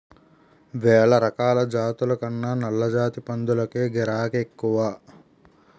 వేలరకాల జాతుల కన్నా నల్లజాతి పందులకే గిరాకే ఎక్కువ